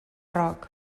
rock